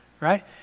right